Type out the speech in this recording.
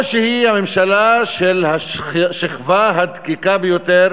או שהיא הממשלה של השכבה הדקיקה ביותר